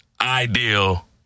ideal